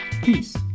Peace